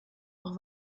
auch